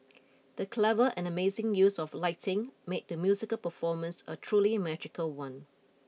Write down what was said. the clever and amazing use of lighting made the musical performance a truly magical one